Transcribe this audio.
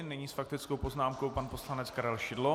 Nyní s faktickou poznámkou pan poslanec Karel Šidlo.